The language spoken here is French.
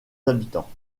habitants